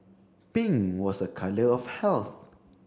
pink was a colour of health